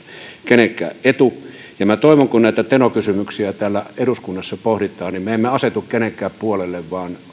kenenkään etu minä toivon kun näitä teno kysymyksiä täällä eduskunnassa pohditaan että me emme asetu kenenkään puolelle vaan